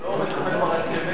לא מטפל ברכבת.